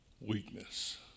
weakness